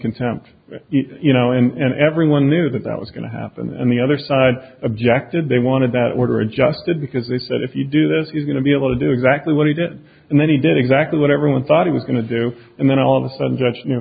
contempt you know and everyone knew that that was going to happen and the other side objected they wanted that order adjusted because they said if you do this is going to be able to do exactly what he did and then he did exactly what everyone thought it was going to do and then all of a sudden just you know